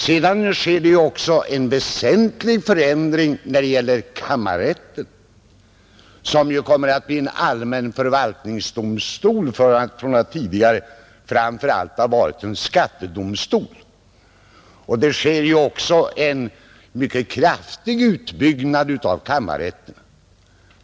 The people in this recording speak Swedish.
Vidare sker en väsentlig förändring vad gäller kammarrätten, som ju kommer att bli en allmän förvaltningsdomstol från att tidigare framför allt ha varit en skattedomstol. Det blir en mycket kraftig utbyggnad av kammarrätterna.